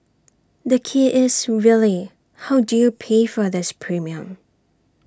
the key is really how do you pay for this premium